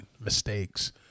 mistakes